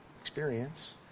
experience